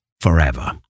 forever